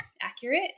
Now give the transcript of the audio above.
accurate